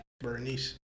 Bernice